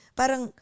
parang